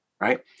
right